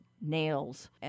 nails